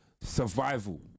survival